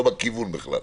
זה לא הכיוון בכלל.